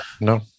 No